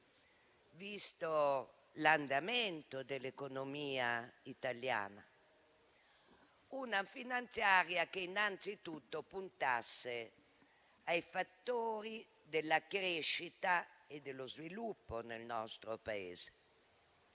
visto l'andamento dell'economia italiana, una legge di bilancio che innanzitutto puntasse ai fattori della crescita e dello sviluppo nel nostro Paese.